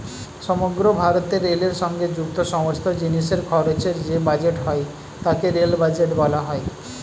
সমগ্র ভারতে রেলের সঙ্গে যুক্ত সমস্ত জিনিসের খরচের যে বাজেট হয় তাকে রেল বাজেট বলা হয়